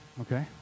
Okay